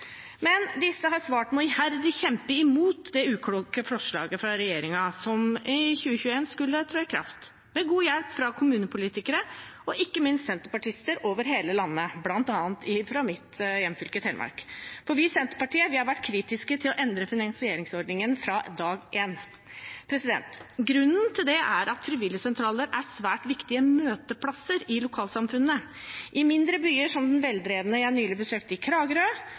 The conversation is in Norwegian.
Men disse har svart med iherdig å kjempe imot det ukloke forslaget fra regjeringen, som skulle tre i kraft i 2021 – med god hjelp fra kommunepolitikere og ikke minst fra senterpartister over hele landet, bl.a. i mitt hjemfylke Telemark. I Senterpartiet har vi vært kritiske til å endre finansieringsordningen fra dag én. Grunnen til det er at frivilligsentraler er svært viktige møteplasser i lokalsamfunnet – i mindre byer, som den veldrevne jeg nylig besøkte i Kragerø,